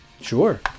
sure